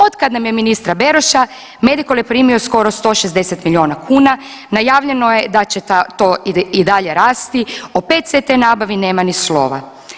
Otkad nam je ministra Beroša, Medikol je primio skoro 160 miliona kuna, najavljeno je da ta, to i dalje rasti, o PET/CT nabavi nema ni slova.